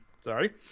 Sorry